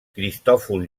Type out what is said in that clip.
cristòfol